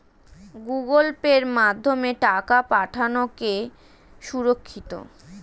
Google pay মাধ্যমে টাকা পাঠানোকে সুরক্ষিত?